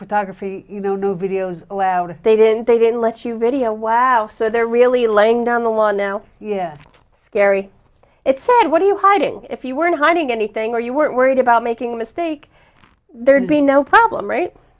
photography you know new videos allowed they didn't they didn't let you video wow so they're really laying down the law now scary it said what are you hiding if you weren't hiding anything were you worried about making a mistake there'd be no problem right